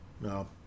No